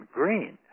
green